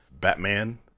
Batman